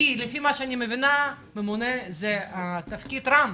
לפי מה שאני מבינה ממונה זה תפקיד בכיר,